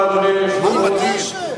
מה הקשר?